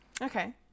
Okay